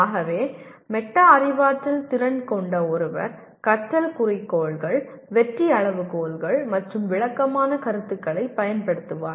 ஆகவே மெட்டா அறிவாற்றல் திறன் கொண்ட ஒருவர் கற்றல் குறிக்கோள்கள் வெற்றி அளவுகோல்கள் மற்றும் விளக்கமான கருத்துக்களைப் பயன்படுத்துவார்